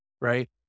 right